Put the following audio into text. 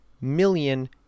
million